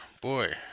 boy